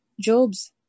Job's